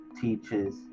teaches